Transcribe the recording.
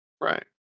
Right